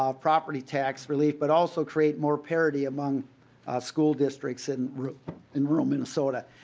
um property tax relief but also create more parity among school districts in rural in rural minnesota.